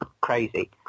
crazy